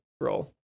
roll